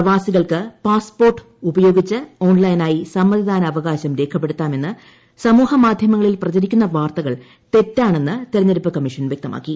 പ്രവാസികൾക്ക് പാസ്പോർട്ട് ഉപയോഗിച്ച് ഓൺലൈനായി സമ്മതിദാനാവകാശം രേഖപ്പെടുത്താം എന്ന് സമൂഹ മാധ്യമങ്ങളിൽ പ്രചരിക്കുന്ന വാർത്തകൾ തെറ്റാണെന്ന് തെരഞ്ഞെടുപ്പ് കമ്മീഷൻ വൃക്തമാക്കി